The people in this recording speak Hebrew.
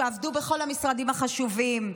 שעבדו בכל המשרדים החשובים,